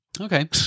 okay